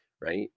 right